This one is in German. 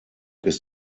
ist